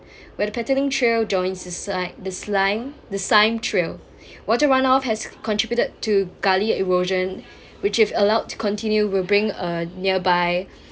where the petaling trail joins like the si~ the sime the sime trail water run off has contributed to gully erosion which if allowed to continue will bring a nearby